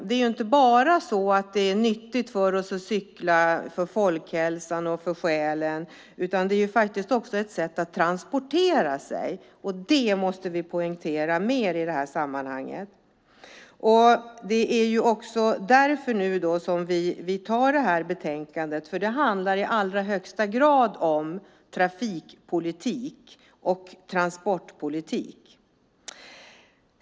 Det är inte bara så att det är nyttigt för oss - för folkhälsan och för själen - att cykla, utan det är ju faktiskt också ett sätt att transportera sig. Det måste vi poängtera mer i det här sammanhanget. Det är därför som vi nu tar det här betänkandet, för det handlar i allra högsta grad om trafikpolitik och transportpolitik.